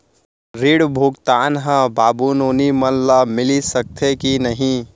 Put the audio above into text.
ऋण भुगतान ह बाबू नोनी मन ला मिलिस सकथे की नहीं?